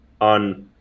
on